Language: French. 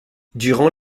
durant